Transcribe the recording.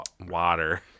Water